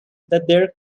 there